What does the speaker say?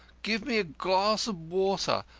give me a glass of water.